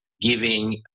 giving